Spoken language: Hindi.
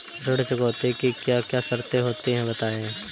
ऋण चुकौती की क्या क्या शर्तें होती हैं बताएँ?